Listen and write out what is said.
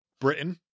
Britain